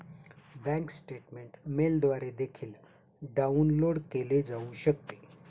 bank statement मेलद्वारे देखील download केले जाऊ शकते